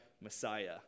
Messiah